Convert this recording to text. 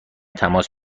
تماس